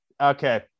okay